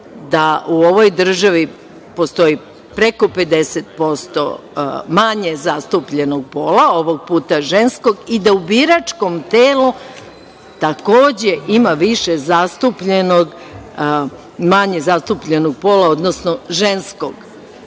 da u ovoj državi postoji preko 50% manje zastupljenog pola, ovog puta ženskog i da u biračkom telu takođe ima više zastupljenog manje zastupljenog pola, odnosno ženskog